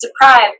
deprived